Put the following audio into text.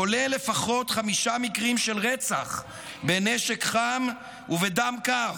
כולל לפחות חמישה מקרים של רצח בנשק חם ובדם קר.